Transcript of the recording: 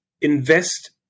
invest